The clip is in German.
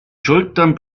schultern